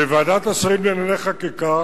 בוועדת השרים לענייני חקיקה,